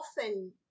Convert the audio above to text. often